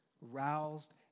roused